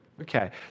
Okay